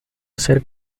hacer